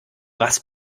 was